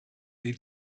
they